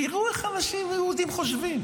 תראו איך אנשים יהודים חושבים,